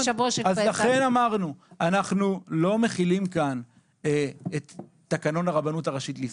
לכן אמרנו שאנחנו לא מחילים כאן את תקנון הרבנות הראשית לישראל.